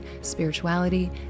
spirituality